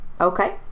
Okay